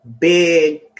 big